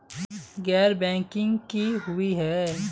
गैर बैंकिंग की हुई है?